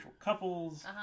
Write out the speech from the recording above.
couples